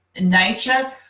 nature